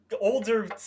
older